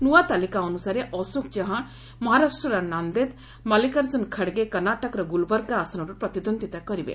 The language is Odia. ନ୍ତଆ ତାଲିକା ଅନୁସାରେ ଅଶୋକ ଚହାଣ ମହାରାଷ୍ଟ୍ରର ନାନ୍ଦେଦ୍ ମଲ୍ଟିକାର୍ଜୁନ ଖଡ୍ଗେ କର୍ଷାଟକର ଗୁଲ୍ବର୍ଗା ଆସନରୁ ପ୍ରତିଦ୍ୱନ୍ଦିତା କରିବେ